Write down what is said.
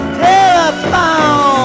telephone